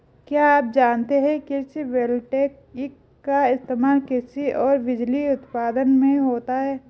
क्या आप जानते है कृषि वोल्टेइक का इस्तेमाल कृषि और बिजली उत्पादन में होता है?